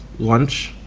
lunch,